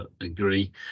agree